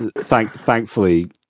thankfully